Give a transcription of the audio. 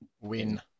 Win